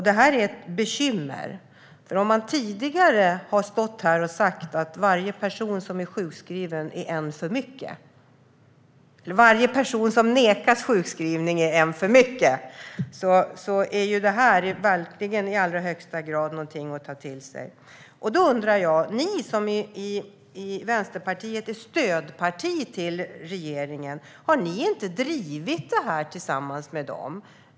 Detta är ett bekymmer. Tidigare har man sagt att varje person som nekas sjukskrivning är en för mycket, och då är detta något att i allra högsta grad ta till sig. Vänsterpartiet är stödparti till regeringen. Har ni inte drivit det tillsammans med dem?